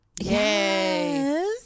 Yes